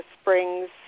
Springs